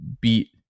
beat